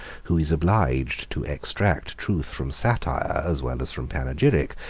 who is obliged to extract truth from satire, as well as from panegyric,